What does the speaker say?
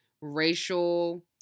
racial